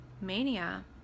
mania